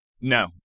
No